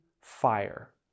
fire